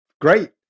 great